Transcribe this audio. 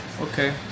okay